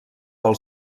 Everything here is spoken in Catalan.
pel